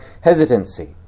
hesitancy